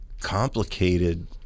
complicated